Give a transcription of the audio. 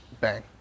bang